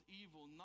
evil